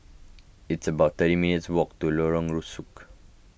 it's about thirty minutes' walk to Lorong Rusuk